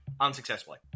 unsuccessfully